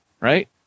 Right